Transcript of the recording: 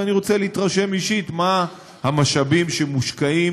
ואני רוצה להתרשם אישית מה המשאבים שמושקעים